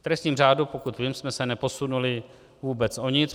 V trestním řádu, pokud vím, jsme se neposunuli vůbec o nic.